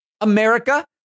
America